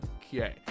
Okay